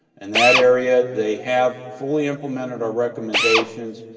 and that area they have fully implemented our recommendations.